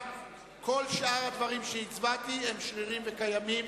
כל שאר הדברים שהצבענו עליהם שרירים וקיימים.